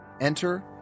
Enter